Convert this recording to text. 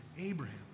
Abraham